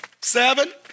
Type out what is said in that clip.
Seven